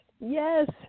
Yes